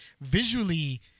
visually